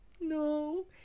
No